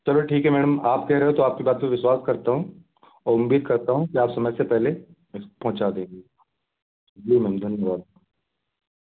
चलो ठीक है मैडम आप कह रहे हो तो आपकी बात पर विश्वास करता हूँ और उम्मीद करता हूँ कि आप समय से पहले पहुँचा देंगे जी मैम धन्यवाद